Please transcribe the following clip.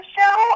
Show